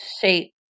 shape